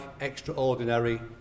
extraordinary